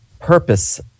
purpose